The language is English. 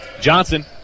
Johnson